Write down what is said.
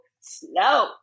slow